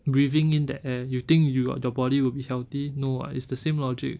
breathing in that air you think you got your body will be healthy no [what] it's the same logic